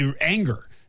anger